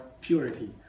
purity